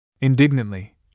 Indignantly